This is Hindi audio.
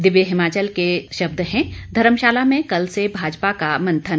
दिव्य हिमाचल के शब्द हैं धर्मशाला में कल से भाजपा का मंथन